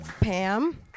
Pam